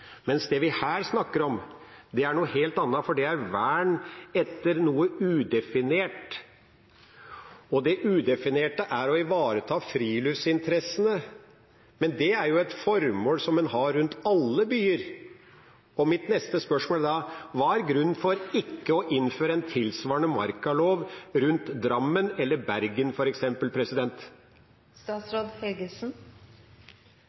Mens det vi her snakker om, er noe helt annet, for det er vern etter noe udefinert, og det udefinerte er å ivareta friluftsinteressene, men det er jo et formål som en har rundt alle byer. Og mitt neste spørsmål er da: Hva er grunnen til ikke å innføre en tilsvarende markalov rundt f.eks. Drammen eller Bergen?